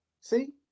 See